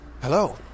Hello